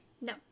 No